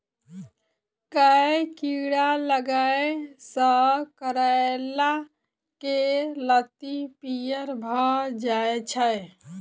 केँ कीड़ा लागै सऽ करैला केँ लत्ती पीयर भऽ जाय छै?